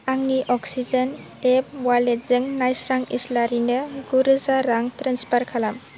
आंनि oxygen app अवालेटजों नायस्रां इस्लारिनो गुरोजा रां ट्रेन्सफार खालाम